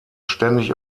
ständig